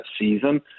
season